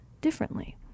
differently